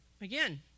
again